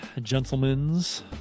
Gentlemen's